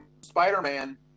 Spider-Man